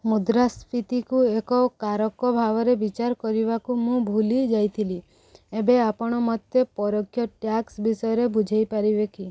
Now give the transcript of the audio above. ମୁଦ୍ରାସ୍ଫୀତିକୁ ଏକ କାରକ ଭାବରେ ବିଚାର କରିବାକୁ ମୁଁ ଭୁଲି ଯାଇଥିଲି ଏବେ ଆପଣ ମୋତେ ପରୋକ୍ଷ ଟ୍ୟାକ୍ସ ବିଷୟରେ ବୁଝାଇ ପାରିବେ କି